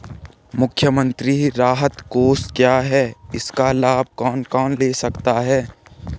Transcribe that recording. मुख्यमंत्री राहत कोष क्या है इसका लाभ कौन कौन ले सकता है?